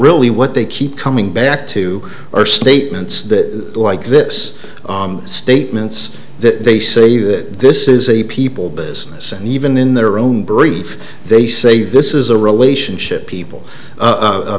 really what they keep coming back to are statements that like this statements that they say that this is a people business and even in their own brief they say this is a relationship people